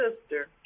sister